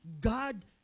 God